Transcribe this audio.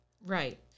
Right